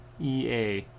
EA